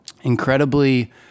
incredibly